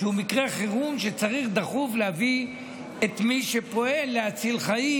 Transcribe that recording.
מקרה חירום שבו צריך להביא בדחיפות את מי שפועל להציל חיים,